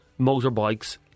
motorbikes